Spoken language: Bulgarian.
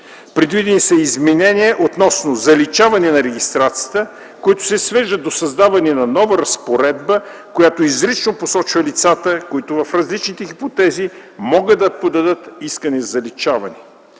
предвидени са изменения относно „заличаване на регистрацията”, които се свеждат до създаване на нова разпоредба, която изрично посочва лицата, които в различните хипотези могат да подадат искане за заличаване;